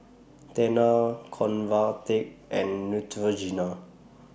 Tena Convatec and Neutrogena